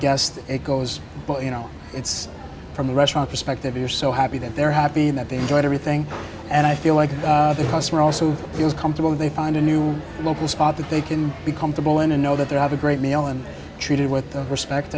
guest it goes well you know it's from a restaurant perspective you're so happy that they're happy that they enjoyed everything and i feel like the customer also feels comfortable and they find a new local spot that they can be comfortable in and know that they have a great meal and treated with respect